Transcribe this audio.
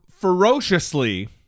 ferociously